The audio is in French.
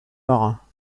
marins